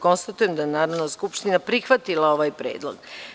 Konstatujem da je Narodna skupština prihvatila ovaj predlog.